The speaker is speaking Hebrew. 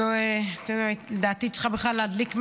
שלדעתי צריכה להדליק משואה,